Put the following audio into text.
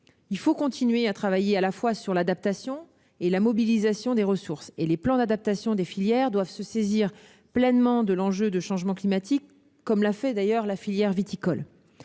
Il faut continuer à travailler à la fois sur l'adaptation et la mobilisation des ressources. Les plans d'adaptation des filières doivent se saisir pleinement de l'enjeu de changement climatique, comme l'a fait la filière viticole.